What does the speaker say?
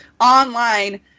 online